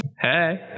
Hey